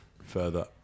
further